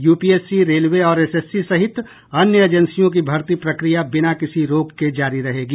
UPSC railway और SSC सहित अन्य एजेंसियों की भर्ती प्रक्रिया बिना किसी रोक के जारी रहेंगी